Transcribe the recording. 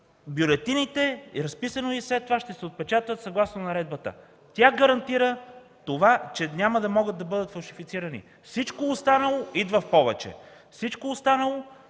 бюлетините, разписано е, след това ще се отпечатат съгласно наредбата. Тя гарантира това, че няма да могат да бъдат фалшифицирани. Всичко останало идва в повече. Всичко останало